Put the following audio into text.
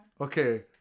Okay